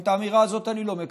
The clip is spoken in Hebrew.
גם את האמירה הזאת אני לא מקבל.